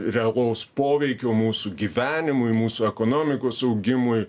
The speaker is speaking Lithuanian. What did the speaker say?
realaus poveikio mūsų gyvenimui mūsų ekonomikos augimui